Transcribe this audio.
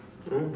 oh